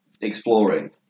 exploring